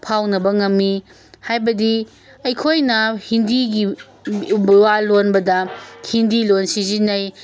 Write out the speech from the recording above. ꯐꯥꯎꯅꯕ ꯉꯝꯃꯤ ꯍꯥꯏꯕꯗꯤ ꯑꯩꯈꯣꯏꯅ ꯍꯤꯟꯗꯤꯒꯤ ꯋꯥ ꯂꯣꯟꯕꯗ ꯍꯤꯟꯗꯤ ꯂꯣꯟ ꯁꯤꯖꯤꯟꯅꯩ